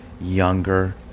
younger